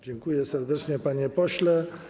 Dziękuję serdecznie, panie pośle.